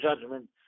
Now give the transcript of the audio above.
judgment